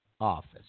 office